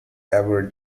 ever